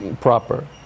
proper